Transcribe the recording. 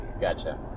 Gotcha